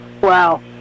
Wow